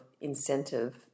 incentive